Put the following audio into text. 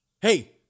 hey